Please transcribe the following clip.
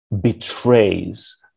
betrays